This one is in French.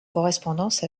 correspondance